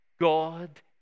God